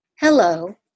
Hello